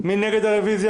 מי בעד הרביזיה?